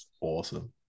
Awesome